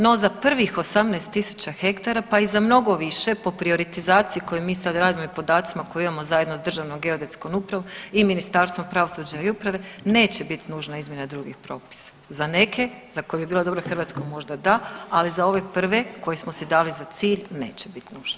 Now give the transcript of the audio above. No za prvih 18 tisuća hektara, pa i za mnogo više po prioritizaciji koju mi sad radimo i podacima koje imamo zajedno s Državnom geodetskom upravom i Ministarstvom pravosuđa i uprave neće bit nužna izmjena drugih propisa, za neke za koje bi bila dobra… [[Govornik se ne razumije]] možda da, ali za ove prve koje smo si dali za cilj neće bit nužne.